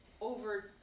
over